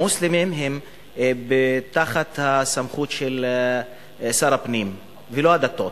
המוסלמים הם תחת הסמכות של שר הפנים ולא הדתות.